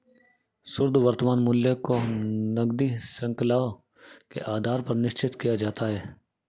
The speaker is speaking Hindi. शुद्ध वर्तमान मूल्य को नकदी शृंखला के आधार पर निश्चित किया जाता है